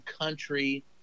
country